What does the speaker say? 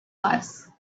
hours